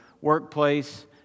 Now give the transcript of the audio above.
workplace